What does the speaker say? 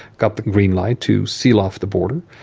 got the green light to seal off the border,